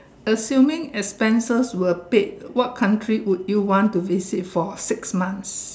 assuming expenses were paid what country would you want to visit for six months